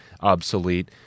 obsolete